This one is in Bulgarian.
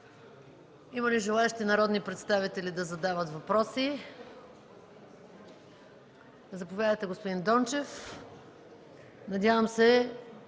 Има ли желаещи народни представители да задават въпроси? Заповядайте, господин Дончев. Надявам се